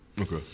Okay